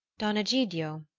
don egidio,